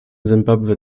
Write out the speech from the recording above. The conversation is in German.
simbabwe